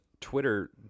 Twitter